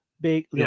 big